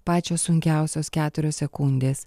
pačios sunkiausios keturios sekundės